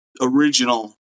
original